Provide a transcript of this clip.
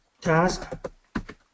Task